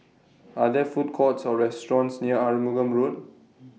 Are There Food Courts Or restaurants near Arumugam Road